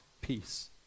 peace